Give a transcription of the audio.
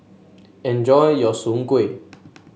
enjoy your Soon Kuih